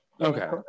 Okay